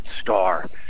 star